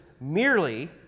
merely